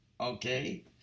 Okay